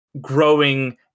growing